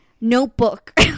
notebook